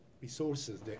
resources